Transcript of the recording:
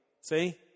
see